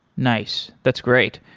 nice. that's great.